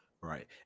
Right